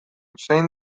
zein